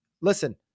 Listen